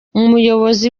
umuyobozi